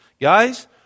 Guys